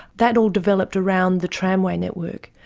that all developed around the tramway network.